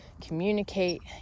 communicate